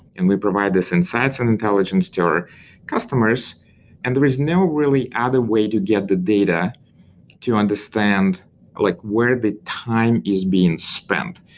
and we provide this insights and intelligence to our customers and there is no really other way to get the data to understand like where the time is being spent.